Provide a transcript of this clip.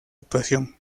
actuación